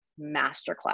masterclass